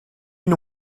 une